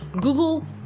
google